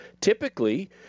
typically